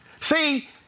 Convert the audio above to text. See